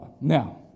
Now